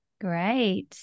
Great